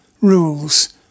rules